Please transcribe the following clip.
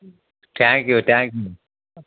thank you thank you